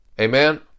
Amen